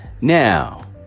Now